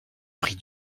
prie